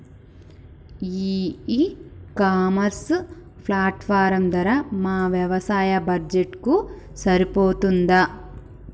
ఈ e commerce platform ధర మా వ్యవసాయ బడ్జెట్ కు సరిపోతుందా?